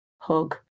hug